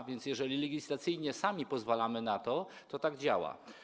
A więc jeżeli legislacyjnie sami pozwalamy na to, to tak to działa.